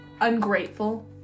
ungrateful